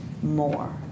More